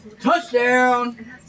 Touchdown